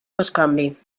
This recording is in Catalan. bescanvi